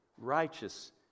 Righteous